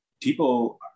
people